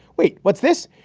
wait, what's this?